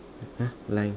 !huh! line